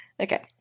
okay